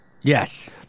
Yes